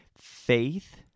faith